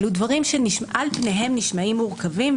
אלו דברים שעל פניהם נשמעים מורכבים,